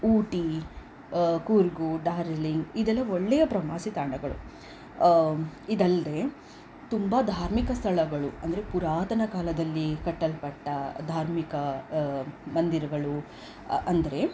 ಊಟಿ ಕೂರ್ಗ್ ಡಾರ್ಜಿಲಿಂಗ್ ಇದೆಲ್ಲ ಒಳ್ಳೆಯ ಪ್ರಮಾಸಿ ತಾಣಗಳು ಇದಲ್ಲದೇ ತುಂಬ ಧಾರ್ಮಿಕ ಸ್ಥಳಗಳು ಅಂದರೆ ಪುರಾತನ ಕಾಲದಲ್ಲಿ ಕಟ್ಟಲ್ಪಟ್ಟ ಧಾರ್ಮಿಕ ಮಂದಿರಗಳು ಅಂದರೆ